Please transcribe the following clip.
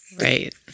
Right